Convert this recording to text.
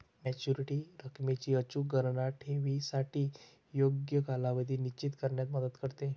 maturity रकमेची अचूक गणना ठेवीसाठी योग्य कालावधी निश्चित करण्यात मदत करते